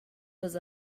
was